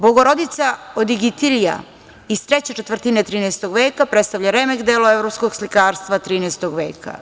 Bogorodica Odigitrija iz treće četvrtine 13. veka predstavlja remek delo evropskog slikarstva 13. veka.